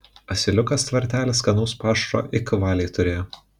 asiliukas tvartely skanaus pašaro ik valiai turėjo